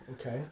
okay